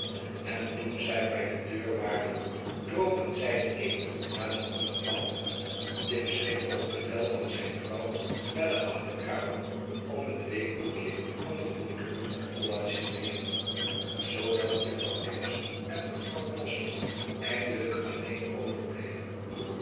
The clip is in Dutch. en toen zij bij de deur waren dropen zij de een na den ander af tibbs ging op bevel van zijn vrouw naar de achterkamer om het weekboekje van den groenboer te collationeeren zoodat juffrouw tibbs en mevrouw bloss eindelijk alleen overbleven